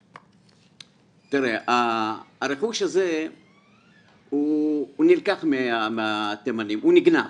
תראה, הרכוש הזה נלקח מהתימנים, הוא נגנב